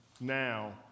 now